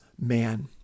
man